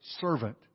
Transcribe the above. servant